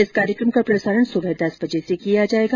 इस कार्यक्रम का प्रसारण सुबह दस बजे से किया जाएगा